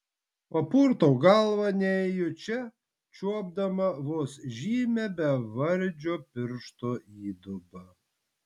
papurtau galvą nejučia čiuopdama vos žymią bevardžio piršto įdubą